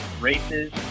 races